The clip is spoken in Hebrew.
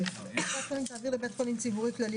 16.(א)קופת חולים תעביר לבית חולים ציבורי כללי,